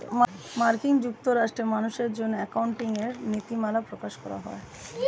মার্কিন যুক্তরাষ্ট্রে মানুষের জন্য অ্যাকাউন্টিং এর নীতিমালা প্রকাশ করা হয়